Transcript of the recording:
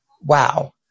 wow